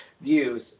views